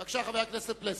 בבקשה, חבר הכנסת פלסנר.